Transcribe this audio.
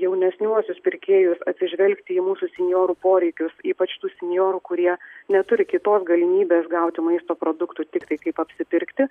jaunesniuosius pirkėjus atsižvelgti į mūsų senjorų poreikius ypač tų senjorų kurie neturi kitos galimybės gauti maisto produktų tiktai kaip apsipirkti